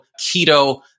keto